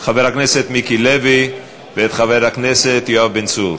חבר הכנסת מיקי לוי ואת חבר הכנסת יואב בן צור,